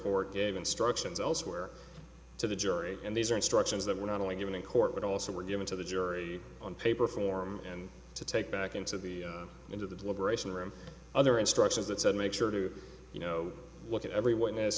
court gave instructions elsewhere to the jury and these are instructions that were not only given in court but also were given to the jury on paper form and to take back into the into the deliberation room other instructions that said make sure to you know look at every